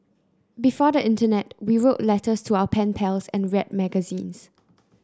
before the Internet we wrote letters to our pen pals and read magazines